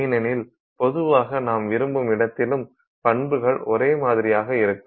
ஏனெனில் பொதுவாக நாம் விரும்பும் இடத்திலும் பண்புகள் ஒரே மாதிரியாக இருக்கும்